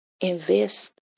invest